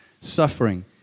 suffering